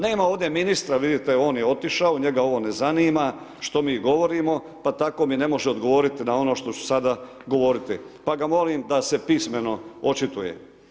Nema ovdje ministra vidite on je otišao njega ovo ne zanima, što mi govorimo, pa tako mi ne može odgovoriti na ono što ću sada govoriti, pa ga molim da se pismeno očituje.